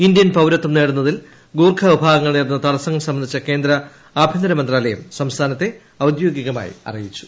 Indian പൌരത്വം നേടുന്നതിൽ ഗൂർഖ വിഭാഗങ്ങൾ നേരിടുന്ന തടസങ്ങൾ സംബന്ധിച്ച ക്ലോർട്ട് ആഭ്യന്തര മന്ത്രാലയം സംസ്ഥാനത്തെ ഔദ്യോഗികമായി അറ്റിയിട്ടു